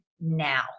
now